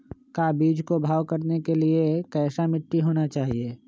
का बीज को भाव करने के लिए कैसा मिट्टी होना चाहिए?